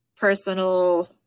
personal